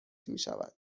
میشود